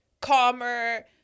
calmer